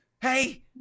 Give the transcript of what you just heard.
hey